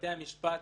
בתי המשפט,